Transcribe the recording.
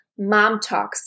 MOMTALKS